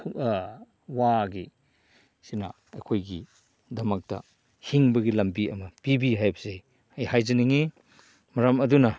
ꯋꯥꯒꯤ ꯁꯤꯅ ꯑꯩꯈꯣꯏꯒꯤꯗꯃꯛꯇ ꯍꯤꯡꯕꯒꯤ ꯂꯝꯕꯤ ꯑꯃ ꯄꯤꯕꯤ ꯍꯥꯏꯕꯁꯦ ꯑꯩ ꯍꯥꯏꯖꯅꯤꯡꯏ ꯃꯔꯝ ꯑꯗꯨꯅ